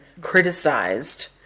criticized